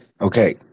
Okay